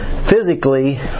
Physically